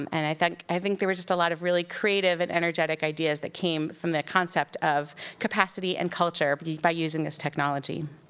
um and i think i think there was just a lot of really creative and energetic ideas that came from the concept of capacity and culture but by using this technology.